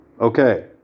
Okay